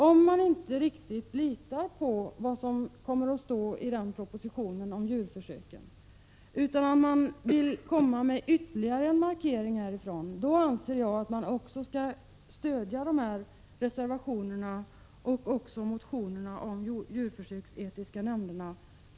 Om man inte riktigt litar på vad som kommer att stå i den propositionen om djurförsöken utan vill göra ytterligare en markering härifrån, då anser jag att man också skall stödja reservationerna och även motionerna om de djurförsöketiska nämnderna.